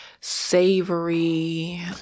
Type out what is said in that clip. savory